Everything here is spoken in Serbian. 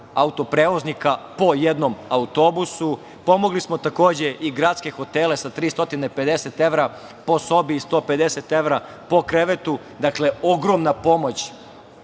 autoprevoznika, po jednom autobusu. Pomogli smo takođe i gradske hotele sa 350 evra po sobi, 150 evra po krevetu. Dakle, ogromna pomoć